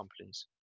companies